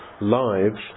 lives